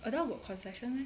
adult got concession meh